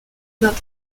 not